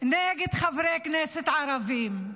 חברי הכנסת הערבים.